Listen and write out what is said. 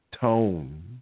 tone